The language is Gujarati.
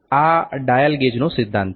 આ ડાયલ ગેજનો સિદ્ધાંત છે